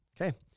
Okay